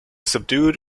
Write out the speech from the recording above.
subdued